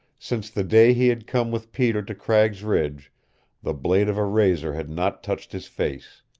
since the day he had come with peter to cragg's ridge the blade of a razor had not touched his face,